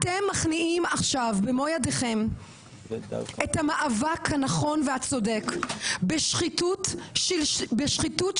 אתם מכניעים עכשיו במו ידיכם את המאבק הנכון והצודק בשחיתות שלטונית,